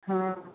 हँ